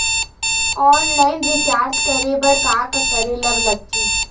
Online recharge करे बर का का करे ल लगथे?